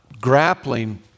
grappling